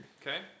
Okay